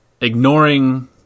Ignoring